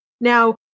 Now